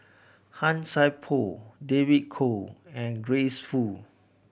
Han Sai Por David Kwo and Grace Fu